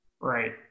Right